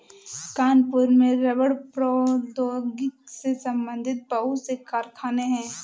कानपुर में रबड़ प्रौद्योगिकी से संबंधित बहुत से कारखाने है